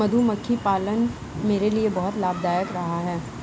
मधुमक्खी पालन मेरे लिए बहुत लाभदायक रहा है